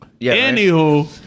Anywho